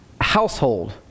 household